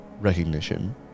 recognition